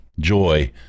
joy